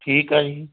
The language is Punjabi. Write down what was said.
ਠੀਕ ਆ ਜੀ